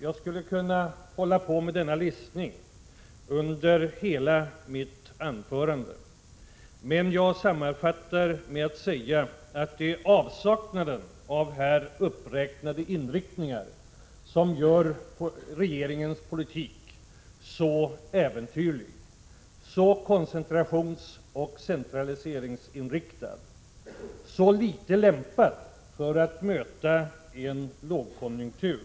Jag skulle kunna fortsätta att lista sådana krav under hela mitt anförande, men jag sammanfattar med att säga att det är avsaknaden av dessa uppräknade inriktningar som gör regeringens politik så äventyrlig, så koncentrationsoch centraliseringsinriktad och så litet lämpad för att möta en lågkonjunktur.